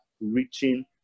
reaching